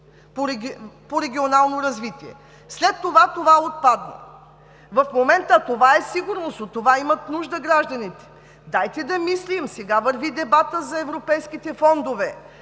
по регионално развитие, след това – отпадна. В момента това е сигурност и гражданите имат нужда от нея. Дайте да мислим. Сега върви дебатът за европейските фондове